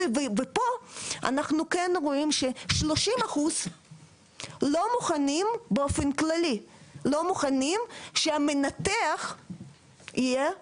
פה אנחנו כן רואים ש-30% לא מוכנים באופן כללי שהמנתח יהיה עולה.